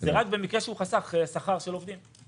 זה רק במקרה שהוא חסך שכר של עובדים.